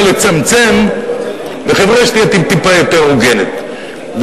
לצמצם בחברה שתהיה טיפ-טיפה יותר הוגנת,